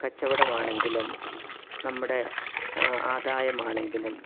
കച്ചവടമാണെങ്കിലും നമ്മുടെ ആദായമാണെങ്കിലും